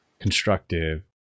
constructive